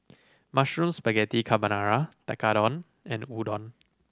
Mushroom Spaghetti Carbonara Tekkadon and Udon